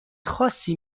خاصی